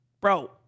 bro